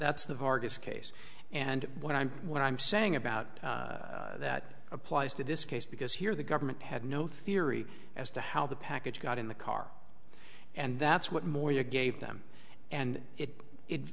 's the vargas case and what i'm what i'm saying about that applies to this case because here the government had no theory as to how the package got in the car and that's what more you gave them and it